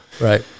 Right